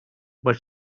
but